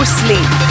sleep